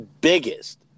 biggest